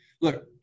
look